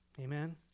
amen